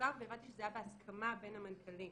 שסוכם והבנתי שזה היה בהסכמה בין המנכ"לים,